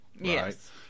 Yes